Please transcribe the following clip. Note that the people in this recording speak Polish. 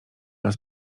raz